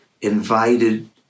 invited